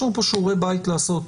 יש לנו פה שיעורי בית לעשות.